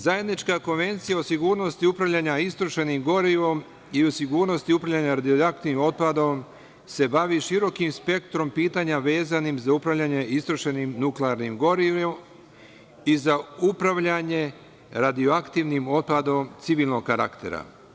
Zajednička Konvencija o sigurnosti upravljanja istrošenim gorivom i sigurnosti upravljanja radioaktivnim otpadom se bavi širokim spektrom pitanja vezanim za upravljanje istrošenim nuklearnim gorivom i za upravljanje radioaktivnim otpadom civilnog karaktera.